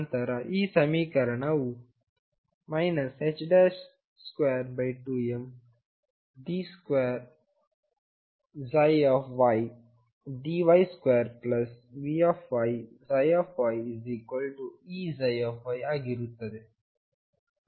ನಂತರ ಈ ಸಮೀಕರಣವು 22md2ydy2VyyEψ ಆಗುತ್ತದೆ